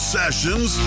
sessions